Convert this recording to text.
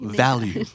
value